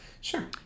Sure